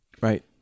right